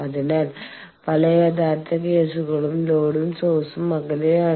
അതിനാൽ പല യഥാർത്ഥ കേസുകളിലും ലോഡും സോഴ്സും അകലെയാണ്